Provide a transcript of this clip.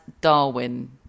Darwin